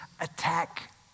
attack